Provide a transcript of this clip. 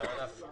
בבקשה.